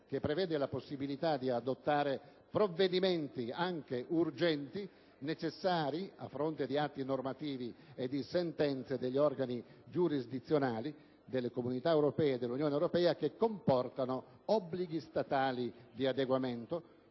che prevede la possibilità di adottare dei «provvedimenti anche urgenti, necessari a fronte di atti normativi e di sentenze degli organi giurisdizionali delle Comunità europee e dell'Unione europea che comportano obblighi statali di adeguamento